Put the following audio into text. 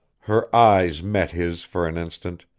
her eyes met his for an instant,